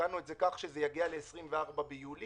תיקנו את זה כך שזה יגיע ל-24 ביולי,